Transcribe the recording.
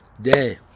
day